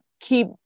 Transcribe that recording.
keep